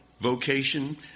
vocation